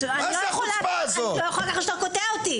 אני לא יכולה ככה כשאתה קוטע אותי.